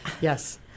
Yes